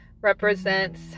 represents